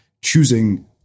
choosing